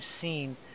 seen